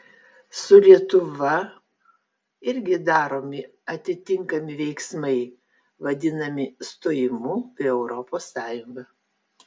su lietuva irgi daromi atitinkami veiksmai vadinami stojimu į europos sąjungą